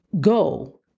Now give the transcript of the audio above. go